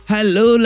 Hello